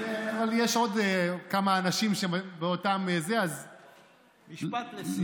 כן, אבל יש עוד כמה אנשים באותם, משפט לסיום.